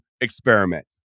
experiment